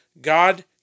God